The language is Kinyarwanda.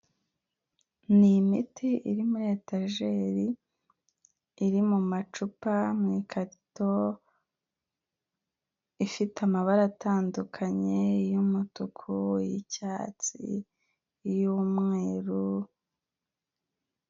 Ni imiti iri muri etajeri iri mu macupa, mu ikarito, ifite amabara atandukanye iy'umutuku, iy'icyatsi, iy'umweru.